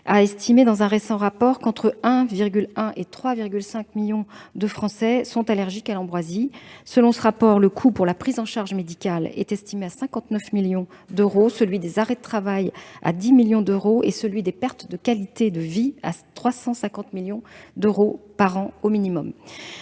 a estimé, dans un récent rapport, qu'entre 1,1 et 3,5 millions de Français étaient allergiques à l'ambroisie. Selon ce rapport, le coût de leur prise en charge médicale est estimé à 59 millions d'euros, celui des arrêts de travail à 10 millions d'euros et celui des pertes de qualité de vie à 350 millions d'euros par an, au minimum.